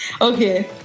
Okay